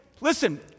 listen